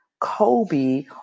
Kobe